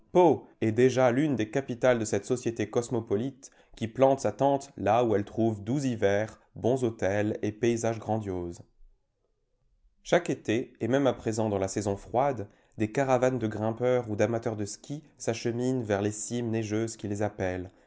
est déjà l'une des capitales de cette société cosmopolite qui plante sa tente là où elle trouve doux hiver bons hôtels et paysages grandioses chaque été et même à présent dans la saison froide des caravanes de grimpeurs ou d'amateurs de ski s'acheminent vers les cimes neigeuses qui les appellent